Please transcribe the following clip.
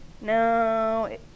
no